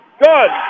good